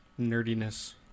nerdiness